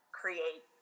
create